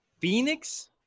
Phoenix